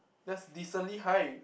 just decently high